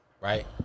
right